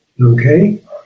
Okay